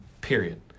Period